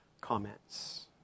comments